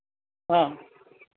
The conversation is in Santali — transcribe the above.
ᱦᱮᱸ